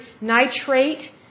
nitrate